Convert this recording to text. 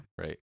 Right